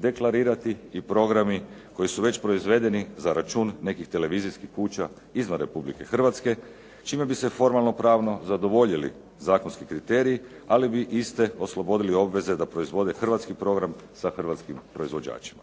deklarirati i programi koji su već proizvedeni za račun nekih televizijskih kuća izvan Republike Hrvatske čime bi se formalno-pravno zadovoljili zakonski kriteriji, ali bi iste oslobodili obveze da proizvode hrvatski program sa hrvatskim proizvođačima